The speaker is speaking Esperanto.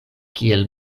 kiel